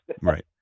right